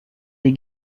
les